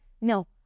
No